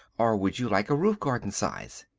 or would you like a roof garden size?